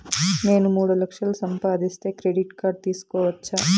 నేను మూడు లక్షలు సంపాదిస్తే క్రెడిట్ కార్డు తీసుకోవచ్చా?